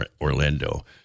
Orlando